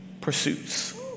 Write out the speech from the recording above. pursuits